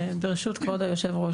ברשות כבוד יושב הראש,